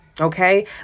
okay